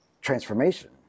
Transformation